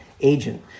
agent